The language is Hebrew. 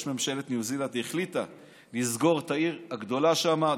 ממשלת ניו זילנד החליטה לסגור את העיר הגדולה שם,